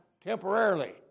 temporarily